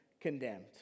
condemned